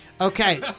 Okay